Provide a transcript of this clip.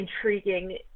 intriguing